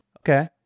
Okay